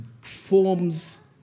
forms